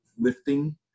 lifting